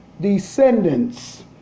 descendants